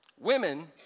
Women